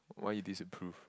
why you disapprove